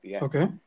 Okay